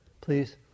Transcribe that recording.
Please